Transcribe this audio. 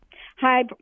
Hi